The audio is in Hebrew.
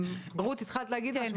רות, התחלת להגיד משהו.